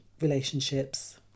relationships